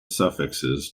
suffixes